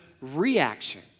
reaction